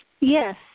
yes